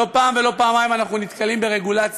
לא פעם ולא פעמיים אנחנו נתקלים ברגולציה,